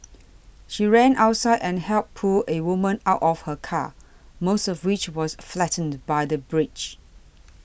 she ran outside and helped pull a woman out of her car most of which was flattened by the bridge